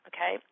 Okay